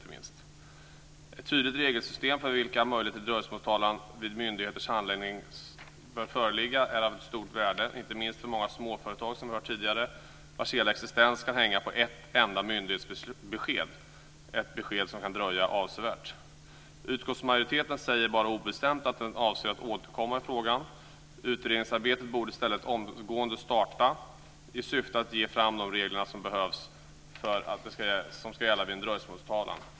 Ett tydligt regelsystem för vilka möjligheter till dröjsmålstalan, vid myndigheters handläggning, som bör föreligga är av ett stort värde, inte minst för många småföretag, som vi har hört tidigare. Hela deras existens kan hänga på ett enda myndighetsbesked, ett besked som kan dröja avsevärt. Utskottsmajoriteten säger bara obestämt att man avser att återkomma i frågan. Utredningsarbetet borde i stället omgående starta i syfte att få fram de regler som ska gälla vid en dröjsmålstalan.